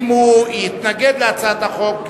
אם הוא יתנגד להצעת החוק,